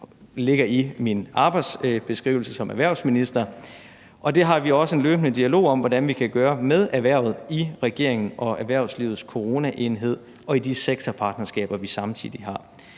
Det ligger i min arbejdsbeskrivelse som erhvervsminister, og det har vi også en løbende dialog med erhvervet om hvordan vi kan gøre, og i regeringen og med erhvervslivets coranaenhed og i de sektorpartnerskaber, vi samtidig har.